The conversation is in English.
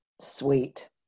Sweet